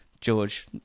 George